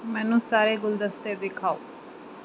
ਮੈਨੂੰ ਸਾਰੇ ਗੁਲਦਸਤੇ ਦਿਖਾਓ